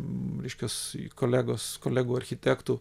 reiškias kolegos kolegų architektų